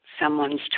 someone's